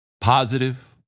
Positive